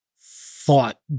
thought